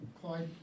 Clyde